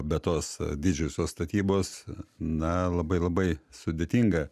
bet tos didžiosios statybos na labai labai sudėtinga